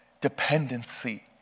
dependency